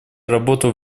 работала